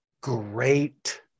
great